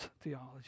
theology